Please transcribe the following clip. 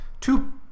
two